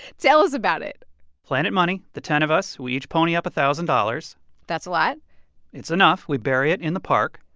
tell us about it planet money the ten of us we each pony up a thousand dollars that's a lot it's enough. we bury it in the park.